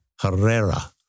Herrera